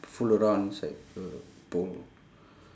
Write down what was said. fool around inside the pool